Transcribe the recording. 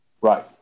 Right